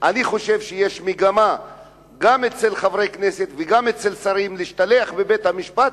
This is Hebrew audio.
אני חושב שיש מגמה גם אצל חברי כנסת וגם אצל שרים להשתלח בבית-המשפט,